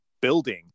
building